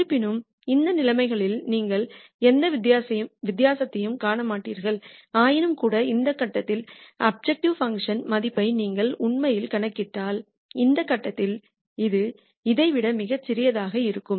இருப்பினும் அந்த நிலைமைகளிலிருந்து நீங்கள் எந்த வித்தியாசத்தையும் காண மாட்டீர்கள் ஆயினும்கூட இந்த கட்டத்தில் அப்ஜெக்டிவ் பங்க்ஷன் மதிப்பை நீங்கள் உண்மையில் கணக்கிட்டால் இந்த கட்டத்தில் இது இதைவிட மிகச் சிறியதாக இருக்கும்